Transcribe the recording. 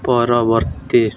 ପରବର୍ତ୍ତୀ